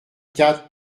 quatre